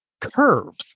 curve